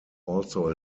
also